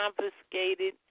confiscated